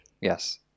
Yes